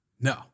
No